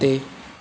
ਤੇ